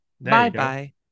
Bye-bye